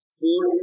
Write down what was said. food